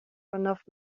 vanaf